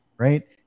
Right